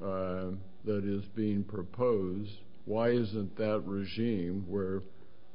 that is being proposed why isn't the regime were